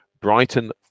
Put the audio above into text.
Brighton